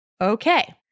Okay